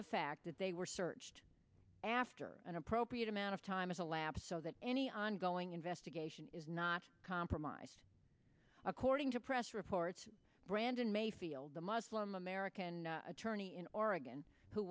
the fact that they were searched after an appropriate amount of time in the lab so that any ongoing investigation is not compromised according to press reports brandon mayfield a muslim american attorney in oregon who